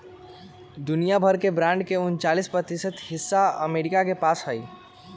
दुनिया भर के बांड के उन्तालीस प्रतिशत हिस्सा अमरीका के पास हई